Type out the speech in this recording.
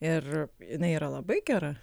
ir jinai yra labai gera